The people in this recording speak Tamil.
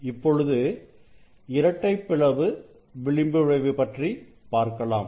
இப்பொழுது இரட்டைப் பிளவு விளிம்பு விளைவு பற்றி பார்க்கலாம்